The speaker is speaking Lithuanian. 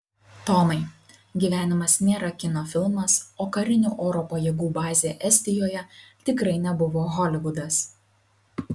tomai gyvenimas nėra kino filmas o karinių oro pajėgų bazė estijoje tikrai nebuvo holivudas